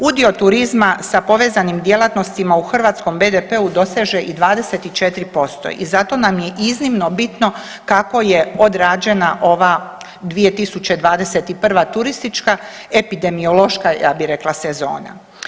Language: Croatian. Udio turizma sa povezanim djelatnostima u hrvatskom BDP-u doseže i 24% i zato nam je iznimno bitno kako je odrađena ova 2021. turistička epidemiološka ja bih rekla sezona.